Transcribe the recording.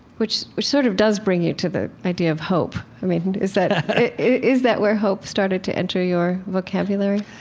which which sort of does bring you to the idea of hope. i mean, is that is that where hope started to enter your vocabulary?